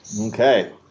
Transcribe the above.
Okay